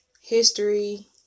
History